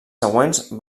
següents